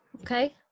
Okay